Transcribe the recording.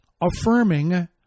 affirming